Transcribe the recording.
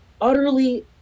utterly